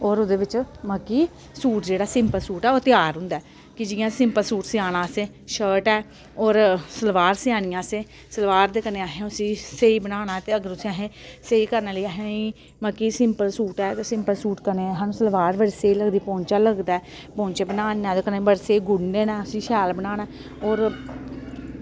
होर ओह्दे बिच्च मतलब कि सूट जेह्ड़ा सिंपल सूट ऐ ओह् त्यार होंदा ऐ कि जि'यां सिंपल सूट सियाना असैं शर्ट ऐ होर सलवार सियानी ऐ असैं सलवार दे कन्नै असैं उस्सी स्हेई बनाना ते अगर उस्सी असैं स्हेई करने लेई असें गी मतलब कि सिंपल सूट ऐ ते सिंपल सूट कन्नै सानूं सलवार बड़ी स्हेई लगदी पोंचा लगदा ऐ पोंचे बनाने ते कन्नै बड़े स्हेई गुणे ने अस शैल बनाने होर